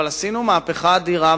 אבל עשינו מהפכה אדירה,